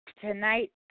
Tonight